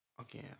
Okay